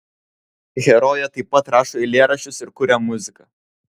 herojė taip pat rašo eilėraščius ir kuria muziką